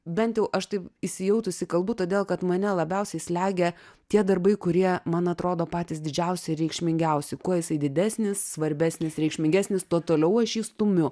bent jau aš taip įsijautusi kalbu todėl kad mane labiausiai slegia tie darbai kurie man atrodo patys didžiausi ir reikšmingiausi kuo jisai didesnis svarbesnis reikšmingesnis tuo toliau aš jį stumiu